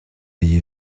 ayez